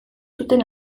zuten